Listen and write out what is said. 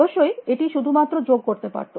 অবশ্যই এটি শুধুমাত্র যোগ করতে পারত